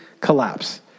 collapse